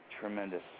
Tremendous